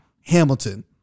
Hamilton